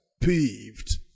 peeved